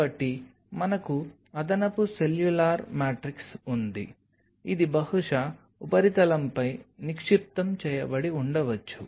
కాబట్టి మనకు అదనపు సెల్యులార్ మ్యాట్రిక్స్ ఉంది ఇది బహుశా ఉపరితలంపై నిక్షిప్తం చేయబడి ఉండవచ్చు